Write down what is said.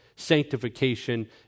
sanctification